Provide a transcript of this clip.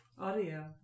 audio